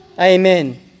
Amen